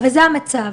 וזה המצב.